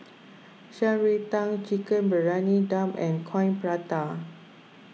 Shan Rui Tang Chicken Briyani Dum and Coin Prata